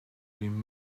been